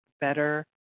better